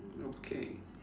okay